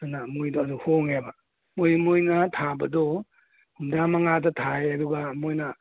ꯑꯗꯨꯅ ꯃꯣꯏꯗꯨ ꯑꯗꯨ ꯍꯣꯡꯉꯦꯕ ꯃꯣꯏ ꯃꯣꯏꯅ ꯊꯥꯕꯗꯣ ꯍꯨꯝꯗ꯭ꯔꯥ ꯃꯉꯥꯗ ꯊꯥꯏ ꯑꯗꯨꯒ ꯃꯣꯏꯅ